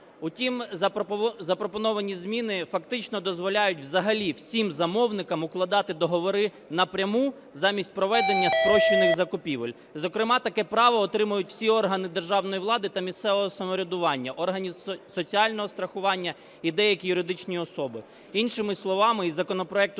Втім, запропоновані зміни фактично дозволяють взагалі всім замовникам укладати договори напряму, замість проведення спрощених закупівель, зокрема таке право отримають всі органи державної влади та місцевого самоврядування, органи соціального страхування і деякі юридичні особи. Іншими словами, з законопроекту